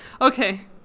Okay